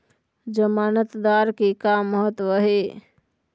जमानतदार के का महत्व हे?